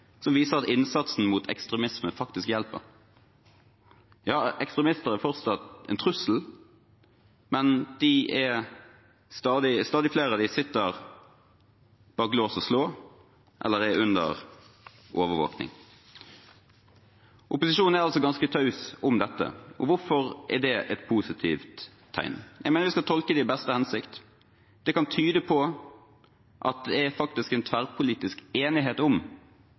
som viser at innsatsen mot ekstremisme faktisk hjelper. Ekstremister er fortsatt en trussel, men stadig flere av dem sitter bak lås og slå eller er under overvåkning. Opposisjonen er altså ganske taus om dette. Hvorfor er det et positivt tegn? Jeg mener vi skal tolke det i beste hensikt. Det kan tyde på at det faktisk er en tverrpolitisk enighet om